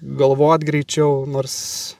galvot greičiau nors